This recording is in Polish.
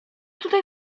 tutaj